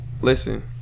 Listen